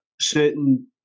Certain